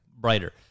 brighter